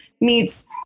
meets